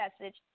message